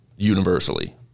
universally